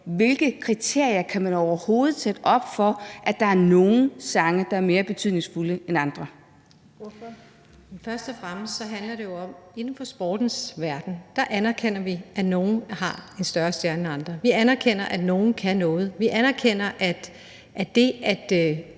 Hvilke kriterier kan man overhovedet sætte op for, at der er nogle sange, der er mere betydningsfulde end andre? Kl. 22:29 Fjerde næstformand (Trine Torp): Ordføreren. Kl. 22:30 Birgitte Bergman (KF): Inden for sportens verden anerkender vi, at nogle har en større stjerne end andre. Vi anerkender, at nogle kan noget. Vi anerkender, at det at